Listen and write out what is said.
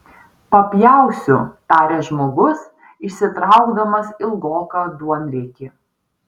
papjausiu tarė žmogus išsitraukdamas ilgoką duonriekį